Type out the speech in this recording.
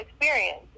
experience